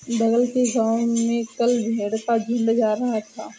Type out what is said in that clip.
बगल के गांव में कल भेड़ का झुंड जा रहा था